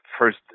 first